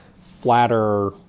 flatter